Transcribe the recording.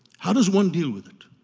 how does one deal with it?